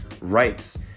rights